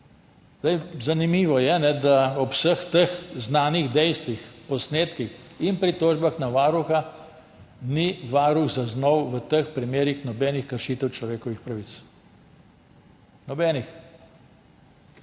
Zanimivo je, da ob vseh teh znanih dejstvih, posnetkih in pritožbah na Varuha ni Varuh zaznal v teh primerih nobenih kršitev človekovih pravic. Nobenih!